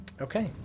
Okay